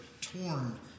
torn